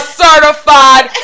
certified